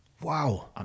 Wow